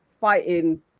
fighting